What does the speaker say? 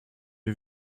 wie